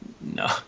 No